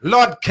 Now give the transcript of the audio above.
Lord